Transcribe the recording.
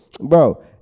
bro